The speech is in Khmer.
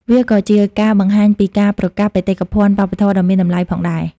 វាក៏ជាការបង្ហាញពីការប្រកាសបេតិកភណ្ឌវប្បធម៌ដ៏មានតម្លៃផងដែរ។